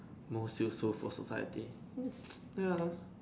most useful for society